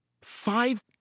Five